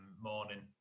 morning